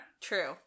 True